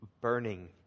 burning